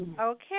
Okay